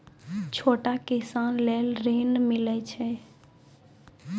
छोटा किसान लेल ॠन मिलय छै?